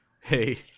hey